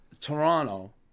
Toronto